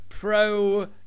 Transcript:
pro